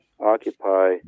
occupy